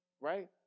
Right